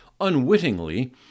unwittingly